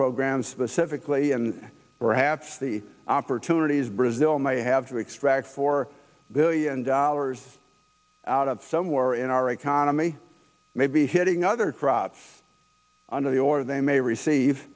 program specifically and perhaps the opportunities brazil may have to extract for billion dollars out of some war in our economy maybe hitting other crops under the or they may receive